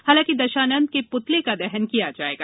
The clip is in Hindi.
हालांकि दशानंद के पुतले का दहन किया जायेगा